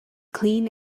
clean